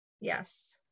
Yes